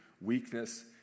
weakness